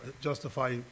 justify